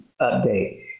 update